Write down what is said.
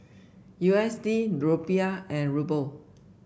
U S D Rupiah and Ruble